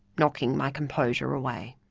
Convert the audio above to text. knockingmy composure away.